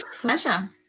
Pleasure